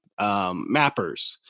mappers